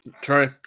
true